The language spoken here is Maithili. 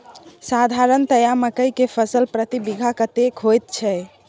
साधारणतया मकई के फसल प्रति बीघा कतेक होयत छै?